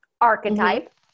archetype